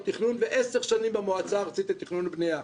תכנון ועשר שנים במועצה הארצית לתכנון ובנייה,